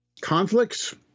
conflicts